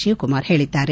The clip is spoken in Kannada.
ಶಿವಕುಮಾರ್ ಹೇಳಿದ್ದಾರೆ